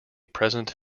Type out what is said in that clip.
present